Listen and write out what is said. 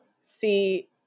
see